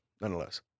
nonetheless